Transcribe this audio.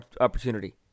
opportunity